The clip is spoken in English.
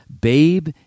Babe